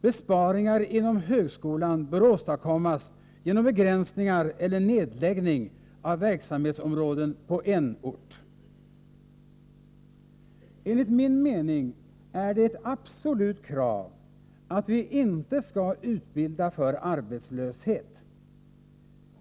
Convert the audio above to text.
Besparingar inom högskolan bör åstadkommas genom begränsningar eller nedläggning av verksamhetsområden på en ort. Enligt min mening är det ett absolut krav att vi inte skall utbilda för arbetslöshet.